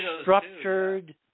structured